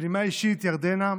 בנימה אישית, ירדנה,